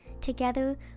Together